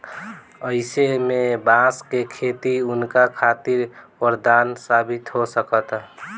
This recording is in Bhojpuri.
अईसे में बांस के खेती उनका खातिर वरदान साबित हो सकता